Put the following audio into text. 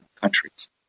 countries